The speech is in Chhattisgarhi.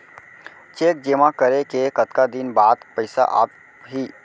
चेक जेमा करें के कतका दिन बाद पइसा आप ही?